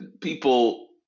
people